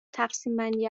تقسیمبندی